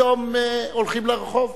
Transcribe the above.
פתאום הולכים לרחוב.